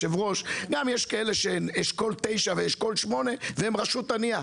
שיש כאלה שבאשכול 9 ואשכול 8 שהם רשות ענייה.